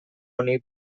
honi